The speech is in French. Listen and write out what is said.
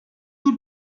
tout